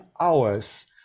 hours